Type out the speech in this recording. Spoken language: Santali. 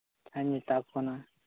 ᱟᱪᱪᱷᱟᱧ ᱢᱮᱛᱟ ᱠᱚ ᱠᱟᱱᱟ